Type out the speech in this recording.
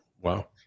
wow